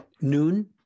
noon